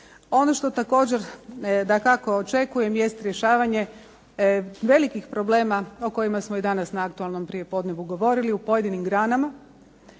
Ono što također dakako očekujem jest rješavanje velikih problema o kojima smo i danas na aktualnom prijepodnevu govorili u pojedinim granama.